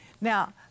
Now